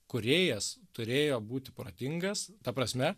kūrėjas turėjo būti protingas ta prasme